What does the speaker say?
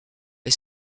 est